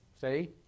See